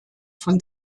von